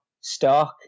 Stark